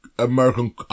american